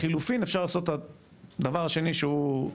לחילופין, אפשר לעשות את הדבר השני שהוא,